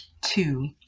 Two